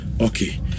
Okay